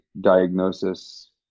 diagnosis